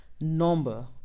number